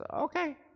okay